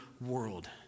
world